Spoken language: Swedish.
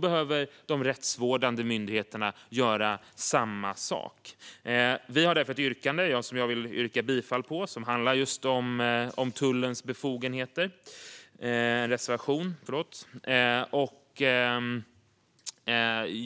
behöver de rättsvårdande myndigheterna göra samma sak. Jag vill därför yrka bifall till vår reservation 7, som handlar om just tullens befogenheter.